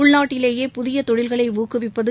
உள்நாட்டிலேயே புதியதொழில்களைஊக்குவிப்பது